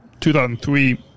2003